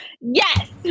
Yes